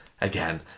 again